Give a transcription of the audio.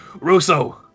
Russo